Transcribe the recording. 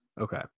Okay